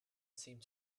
seemed